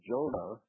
Jonah